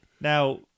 Now